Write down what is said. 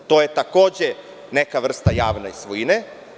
To je, takođe, neka vrsta javne svojine.